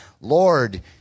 Lord